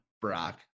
Brock